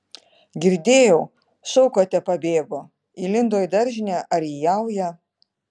girdėjau šaukote pabėgo įlindo į daržinę ar į jaują